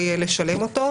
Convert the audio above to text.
בוודאי, מצבת החוב